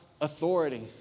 authority